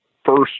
first